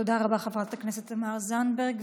תודה רבה, חברת הכנסת תמר זנדברג.